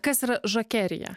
kas yra žakerija